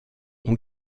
ont